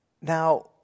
Now